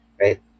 Right